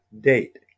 date